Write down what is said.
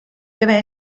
deve